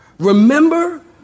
Remember